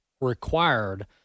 required